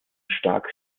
stark